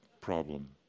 problem